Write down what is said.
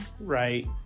Right